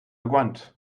grunt